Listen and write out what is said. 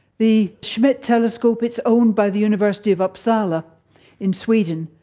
the schmidt telescope, it's owned by the university of uppsala in sweden,